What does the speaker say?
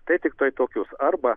tai tiktai tokius arba